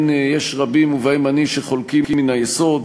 זה לא רק עניין של ביטחון ושגשוג, ככל שהם חשובים,